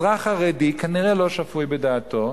אזרח חרדי, כנראה לא שפוי בדעתו,